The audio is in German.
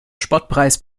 spottpreis